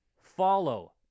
follow